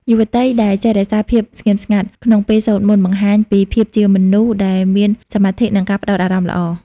យុវតីដែលចេះ "រក្សាភាពស្ងប់ស្ងៀម" ក្នុងពេលសូត្រមន្ត បង្ហាញពីភាពជាមនុស្សដែលមានសមាធិ និងការផ្ដោតអារម្មណ៍ល្អ។